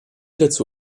dazu